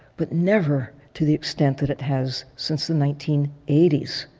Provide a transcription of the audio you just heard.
but never to the extent that it has since the nineteen eighty s,